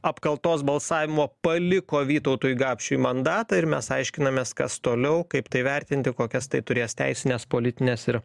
apkaltos balsavimo paliko vytautui gapšiui mandatą ir mes aiškinamės kas toliau kaip tai vertinti kokias tai turės teisines politines ir